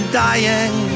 dying